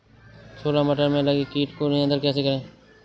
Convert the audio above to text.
छोला मटर में लगे कीट को नियंत्रण कैसे करें?